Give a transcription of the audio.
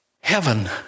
Heaven